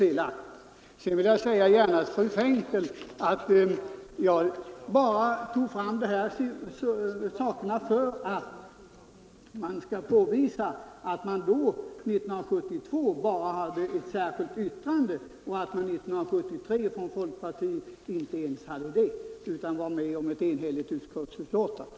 Till fru Frenkel vill jag bara säga att jag tog fram dessa saker för att påvisa att folkpartiet 1972 bara hade ett särskilt yttrande och 1973 inte ens det, utan då var ni med om ett enhälligt utskottsbetänkande.